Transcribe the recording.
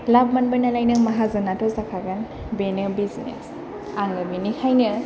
लाब मोनबायनालाय नों माहाजोनाथ' जाखागोन बेनो बिजनेस आङो बिनिखायनो